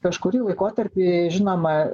kažkurį laikotarpį žinoma